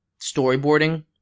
storyboarding